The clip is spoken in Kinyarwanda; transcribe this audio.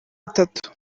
bitatu